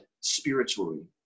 spiritually